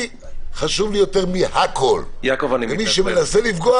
מי נגד?